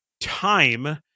time